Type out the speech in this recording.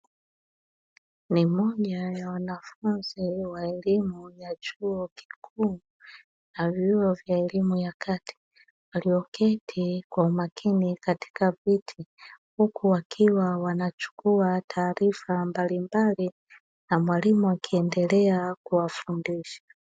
Ni moja ya wanafunzi wa elimu ya chuo kikuu na elimu ya vyuo vya elimu ya kati, walioketi kwa umakini katika viti huku wakiwa wanachukua taarifa mbalimbali na mwalimu akiendelea kuwafundisha.